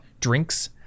drinks